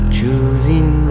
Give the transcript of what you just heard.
Choosing